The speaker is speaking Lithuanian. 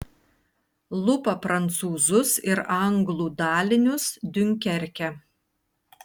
lupa prancūzus ir anglų dalinius diunkerke